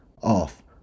off